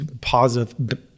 positive